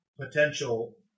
potential